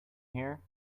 hear